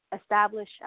establish